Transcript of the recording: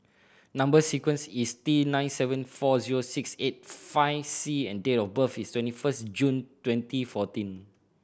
number sequence is T nine seven four zero six eight five C and date of birth is twenty first June twenty fourteen